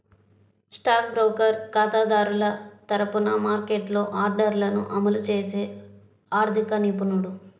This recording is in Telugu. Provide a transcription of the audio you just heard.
స్టాక్ బ్రోకర్ ఖాతాదారుల తరపున మార్కెట్లో ఆర్డర్లను అమలు చేసే ఆర్థిక నిపుణుడు